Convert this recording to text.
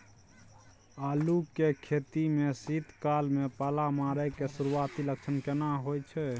आलू के खेती में शीत काल में पाला मारै के सुरूआती लक्षण केना होय छै?